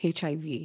HIV